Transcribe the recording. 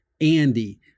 Andy